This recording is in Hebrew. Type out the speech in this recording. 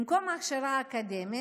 במקום הכשרה אקדמית,